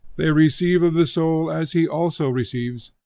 they receive of the soul as he also receives,